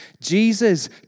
Jesus